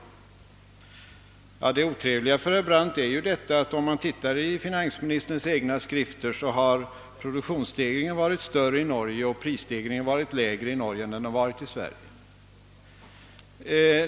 Det otrevliga för herr Brandt är ju att enligt finansministerns egna skrifter har produktionsstegringen varit större och prisstegringen lägre i Norge än i Sverige.